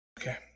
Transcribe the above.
Okay